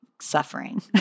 suffering